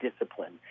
discipline